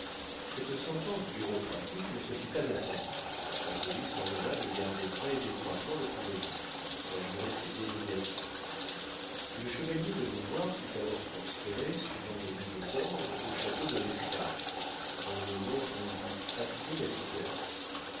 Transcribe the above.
cette sentence bureaucratique ne se fit pas attendre la police ordonna de garder très-étroitement le prisonnier malgré ses dénégations le chevalier de beauvoir fut alors transféré suivant de nouveaux ordres au château de l'escarpe dont le nom indique assez la situation